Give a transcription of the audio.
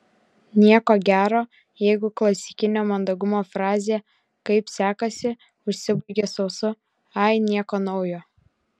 nieko gero jeigu klasikinė mandagumo frazė kaip sekasi užsibaigia sausu ai nieko naujo